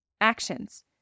Actions